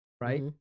right